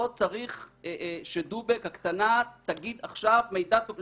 לא צריך ש"דובק" הקטנה תגיד מידע טוקסיקולוגי.